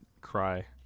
cry